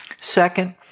Second